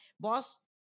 boss